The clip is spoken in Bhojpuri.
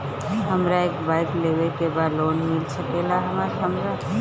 हमरा एक बाइक लेवे के बा लोन मिल सकेला हमरा?